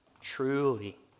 Truly